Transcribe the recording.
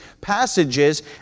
passages